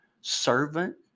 servant